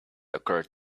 occured